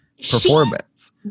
performance